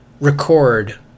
record